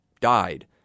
died